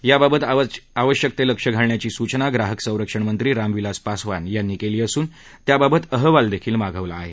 याबाबत आवश्यक ते लक्ष घालण्याची सूचना ग्राहक संरक्षण मंत्री रामविलास पास्वान यांनी केली असून त्याबाबत अहवालही मागवला आहे